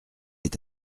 est